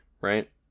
right